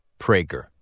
PRAGER